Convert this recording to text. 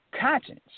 conscience